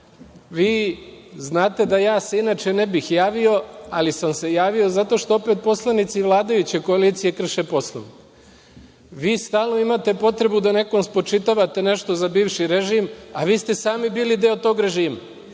Vi znate da se ja inače ne bih javio, ali sam se javio zato što opet poslanici vladajuće koalicije krše Poslovnik. Vi stalno imate potrebu da nekom spočitavate nešto za bivši režim, a vi ste sami bili deo tog režima.